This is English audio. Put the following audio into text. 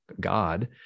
God